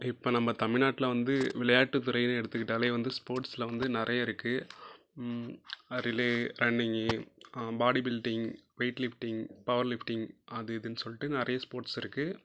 இப்ப நம்ம தமிழ்நாட்டில் வந்து விளையாட்டு துறையின்னு எடுத்துகிட்டாலே வந்து ஸ்போர்ட்ஸில் வந்து நிறைய இருக்குது relay running bodybuilding weight lifting power lifting அது இதுன்னு சொல்லிடு நிறைய ஸ்போர்ட்ஸ் இருக்குது